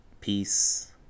peace